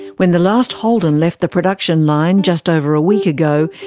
when the last holden left the production line just over a week ago,